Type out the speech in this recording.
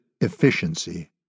efficiency